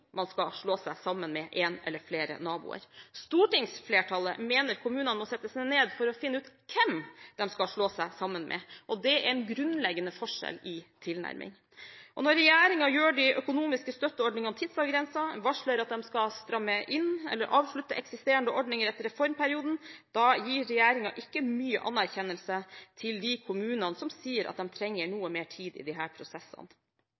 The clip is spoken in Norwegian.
man skal slå seg sammen med en eller flere naboer. Stortingsflertallet mener at kommunene må sette seg ned for å finne ut hvem de skal slå seg sammen med. Det er en grunnleggende forskjell i tilnærming. Når regjeringen gjør de økonomiske støtteordningene tidsavgrenset, og varsler at de skal stramme inn eller avslutte eksisterende ordninger etter reformperioden, da gir regjeringen ikke mye anerkjennelse til de kommunene som sier at de trenger noe mer tid i disse prosessene.